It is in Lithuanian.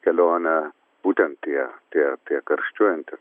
kelionę būtent tie tie tie karščiuojantys